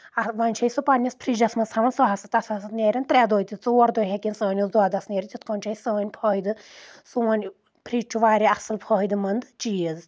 وۄنۍ چھِ أسۍ سُہ پنٕنِس فرجس منٛز تھاوان سُہ ہسا تتھ ہسا نیرن ترٛےٚ دۄہ تہِ ژور دۄہہِ ہؠکن سٲنِس دۄدس نیرِتھ یِتھ کٔنۍ چھُ اَسہِ سٲنۍ فٲیدٕ سون فرج چھُ واریاہ اَصل فٲیدٕ منٛد چیٖز